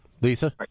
lisa